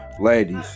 Ladies